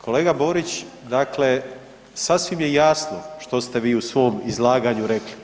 Kolega Borić, dakle sasvim je jasno što ste vi u svom izlaganju rekli.